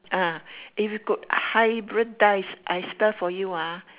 ah if you could hybridise I spell for you ah